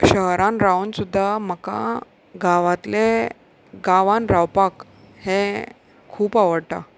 शहरान रावन सुद्दा म्हाका गांवांतले गांवांत रावपाक हें खूब आवडटा